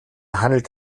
handelt